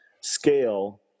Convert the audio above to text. scale